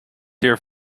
here